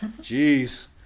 Jeez